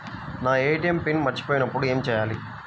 నా ATM pin మర్చిపోయినప్పుడు ఏమి చేయాలి?